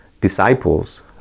disciples